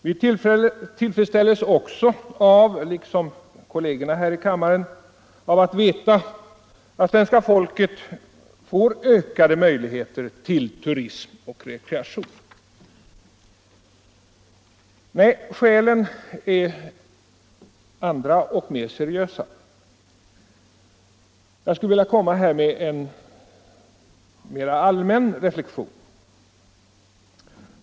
Vi tillfredsställs också — liksom kollegerna här i kammaren — av att veta att svenska folket får ökade möjligheter till turism och rekreation. Skälen till att jag fattar mig kort är fler och mer seriösa. Jag skulle vilja göra en mera allmän reflexion.